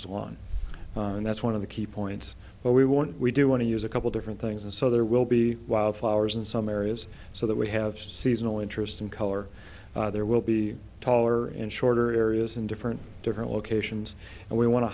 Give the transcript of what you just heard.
and that's one of the key points where we want we do want to use a couple different things and so there will be wildflowers in some areas so that we have seasonal interest in color there will be taller and shorter areas in different different locations and we want